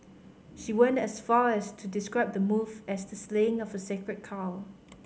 she went as far as to describe the move as the slaying of a sacred cow